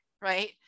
right